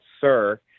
sir